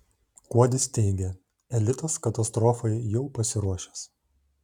kuodis teigia elitas katastrofai jau pasiruošęs